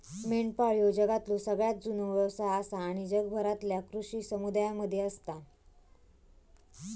मेंढपाळ ह्यो जगातलो सगळ्यात जुनो व्यवसाय आसा आणि जगभरातल्या कृषी समुदायांमध्ये असता